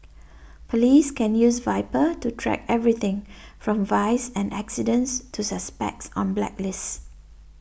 police can use viper to track everything from vice and accidents to suspects on blacklists